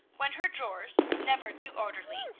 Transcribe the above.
when her drawers, never too orderly,